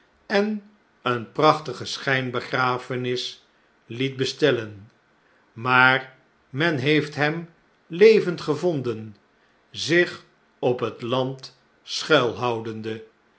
en eene prachtige schijnbegrafenis liet bestellen maar men heefthem levend gevonden zich op het land schuilhoudende